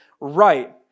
right